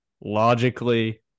logically